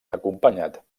acompanyat